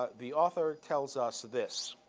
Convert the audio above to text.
ah the author, tells us this.